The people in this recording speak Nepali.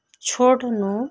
छोड्नु